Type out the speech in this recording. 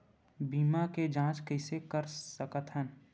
बीमा के जांच कइसे कर सकत हन?